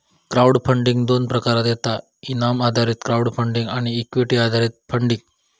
crowd funding दोन प्रकारात येता इनाम आधारित क्राउड फंडिंग आणि इक्विटी आधारित फंडिंग